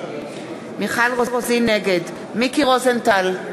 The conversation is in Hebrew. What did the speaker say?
נגד מיקי רוזנטל,